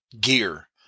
gear